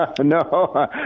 No